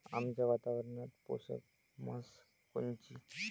आमच्या वातावरनात पोषक म्हस कोनची?